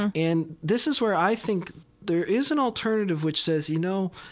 and this is where i think there is an alternative which says, you know,